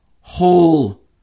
whole